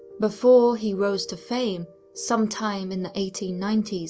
before he rose to fame, sometime in the eighteen ninety s,